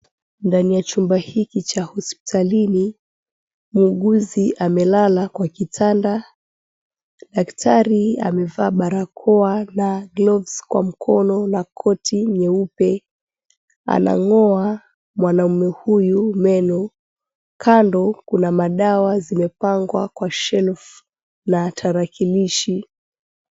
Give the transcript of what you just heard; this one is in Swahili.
Ndani ya chumba hiki cha hospitalini muuguzi amelala kwa kitanda daktari amevaa barakoa na gloves kwa mkono na koti nyeupe anang'oa mwanaume huyu meno kando kuna madawa zimepangwa kwa shelf na tarakilishi.